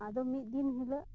ᱟᱫᱚ ᱢᱤᱫ ᱫᱤᱱ ᱦᱤᱞᱳᱜ